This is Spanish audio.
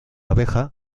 abeja